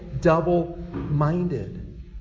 double-minded